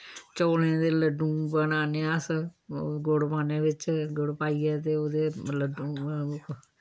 चौलें दे लड्डू बनान्ने अस ओह् गुड़ पान्ने बिच्च गुड़ पाइयै ते ओह्दे लड्डूं